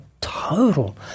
total